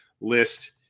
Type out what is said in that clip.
list